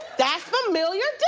that's familiar